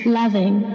loving